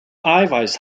eiweiß